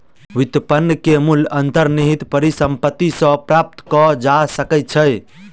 व्युत्पन्न के मूल्य अंतर्निहित परिसंपत्ति सॅ प्राप्त कय जा सकै छै